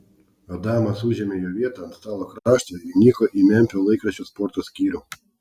adamas užėmė jo vietą ant stalo krašto ir įniko į memfio laikraščio sporto skyrių